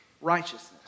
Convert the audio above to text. righteousness